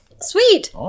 Sweet